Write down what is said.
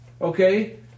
Okay